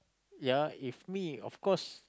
yeah if me of course